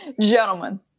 Gentlemen